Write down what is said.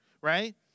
right